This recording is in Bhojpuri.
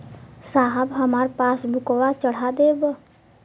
साहब हमार पासबुकवा चढ़ा देब?